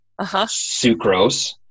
sucrose